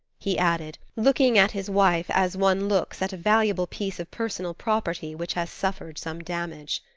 he added, looking at his wife as one looks at a valuable piece of personal property which has suffered some damage.